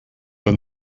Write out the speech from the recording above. will